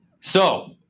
So-